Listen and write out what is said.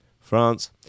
France